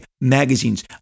magazines